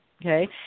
Okay